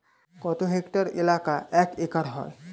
কত হেক্টর এলাকা এক একর হয়?